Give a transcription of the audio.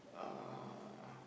uh